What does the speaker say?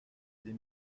des